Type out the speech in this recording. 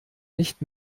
nicht